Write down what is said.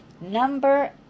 Number